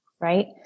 right